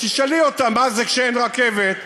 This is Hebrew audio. אז תשאלי אותה מה זה כשאין רכבת,